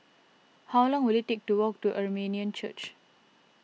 how long will it take to walk to Armenian Church